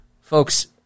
folks